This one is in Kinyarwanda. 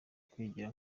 kwigira